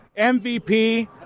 MVP